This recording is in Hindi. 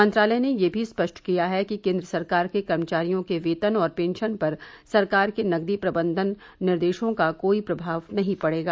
मंत्रालय ने यह भी स्पष्ट किया है कि केंद्र सरकार के कर्मचारियों के वेतन और पेंशन पर सरकार के नकदी प्रबंधन निर्देशों का कोई प्रभाव नहीं पडेगा